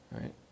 right